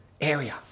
area